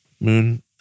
Moon